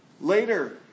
later